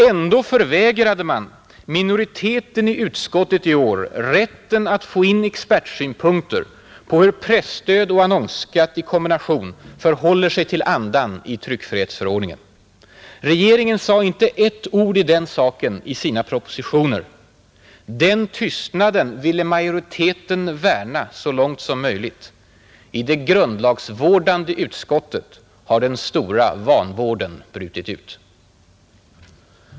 Ändå förvägrade man minoriteten i utskottet i år rätten att få in expertsynpunkter på hur presstöd och annonsskatt i kombination förhåller sig till andan i tryckfrihetsförordningen. Regeringen sade inte ett ord i saken i sina propositioner. Den tystnaden ville majoriteten värna så långt som möjligt. I det grundlagsvårdande utskottet har den stora vanvården brutit ut.